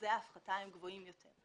אחוזי ההפחתה גבוהים יותר.